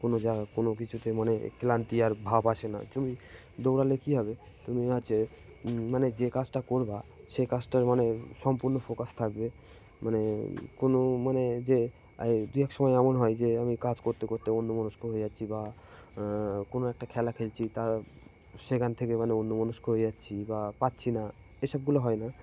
কোনো যা কোনো কিছুতে মানে ক্লান্তি আর ভাব আসে না তুমি দৌড়ালে কী হবে তুমি হচ্ছে মানে যে কাজটা করবে সেই কাজটার মানে সম্পূর্ণ ফোকাস থাকবে মানে কোনো মানে যে এই দু এক সময় এমন হয় যে আমি কাজ করতে করতে অন্যমনস্ক হয়ে যাচ্ছি বা কোনো একটা খেলা খেলছি তা সেখান থেকে মানে অন্যমনস্ক হয়ে যাচ্ছি বা পারছি না এসবগুলো হয় না